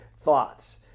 thoughts